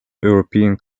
european